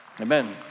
Amen